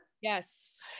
Yes